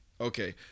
Okay